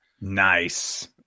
Nice